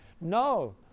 No